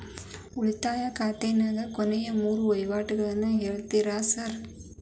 ಉಳಿತಾಯ ಖಾತ್ಯಾಗಿನ ಕೊನೆಯ ಮೂರು ವಹಿವಾಟುಗಳನ್ನ ಹೇಳ್ತೇರ ಸಾರ್?